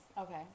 Okay